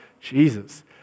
Jesus